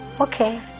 okay